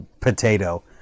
potato